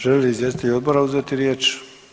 Žele li izvjestitelji odbora uzeti riječ?